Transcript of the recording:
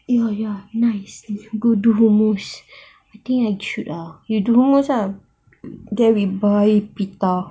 eh ya ya nice you go do hummus I think I should uh you do hummus ah then we buy pita